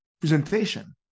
presentation